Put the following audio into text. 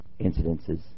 incidences